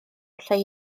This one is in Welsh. allai